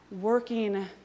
working